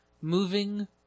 moving